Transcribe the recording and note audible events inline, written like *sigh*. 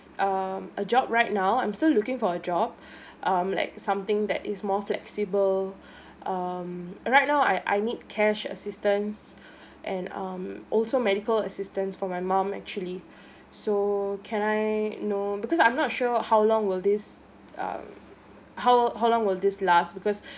um a job right now I'm still looking for a job *breath* um like something that is more flexible *breath* um right now I I need cash assistance *breath* and um also medical assistance for my mum actually *breath* so can I know because I'm not sure how long will this um how how long will this last because